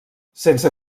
sense